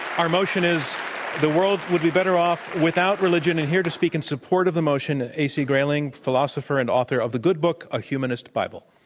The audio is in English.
our motion is the world would be better off without religion, and here to speak in support of the motion, ah a. c. grayling, philosopher and author of the good book a humanist bible.